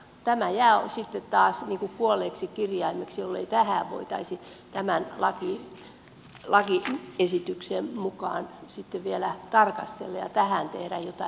tämä jää sitten taas kuolleeksi kirjaimeksi jollei tätä voitaisi tämän lakiesityksen mukaan sitten vielä tarkastella ja tähän tehdä jotain parannusta